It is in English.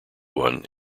one